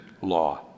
law